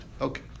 Okay